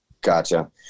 Gotcha